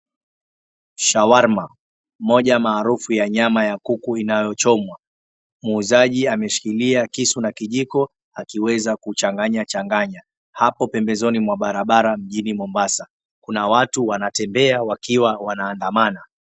Shawarma, moja maarufu ya nyama ya kuku inachomwa, muuzaji ameshikilia kisu na kijiko akiweza kuchanganya changanya. Hapo pembezoni mwa barabara mjini Mombasa, kuna watu wanatembea wakiwa wanaandamana.